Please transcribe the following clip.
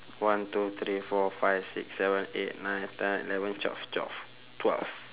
one two three four five six seven eight nine ten eleven twelve twelve twelve